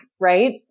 right